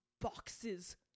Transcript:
boxes